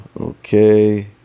okay